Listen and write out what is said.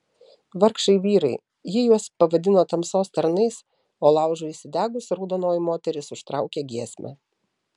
vargšai vyrai ji juos pavadino tamsos tarnais o laužui įsidegus raudonoji moteris užtraukė giesmę